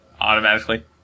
automatically